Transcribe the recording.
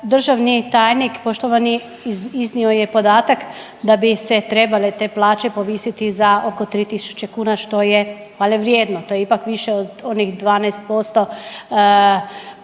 Državni tajnik poštovani iznio je podatak da bi se trebale te plaće povisiti za oko 3.000 kuna što je hvale vrijedno. To je ipak više od onih 12% sada